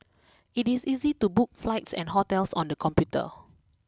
it is easy to book flights and hotels on the computer